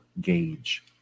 gauge